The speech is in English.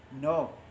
no